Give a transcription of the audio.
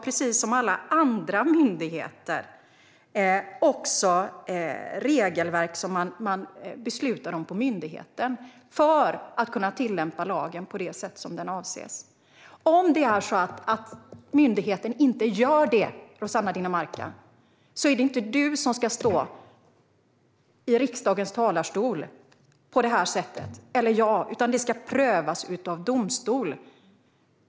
Precis som alla andra myndigheter har Försäkringskassan dessutom regelverk som man beslutar om på myndigheten för att kunna tillämpa lagen på det sätt som avses. Om myndigheten inte gör detta är det inte Rossana Dinamarca eller jag som ska ta upp det i riksdagen på det här sättet, utan det ska prövas av domstol.